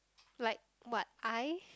like what eye